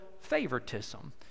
favoritism